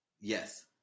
Yes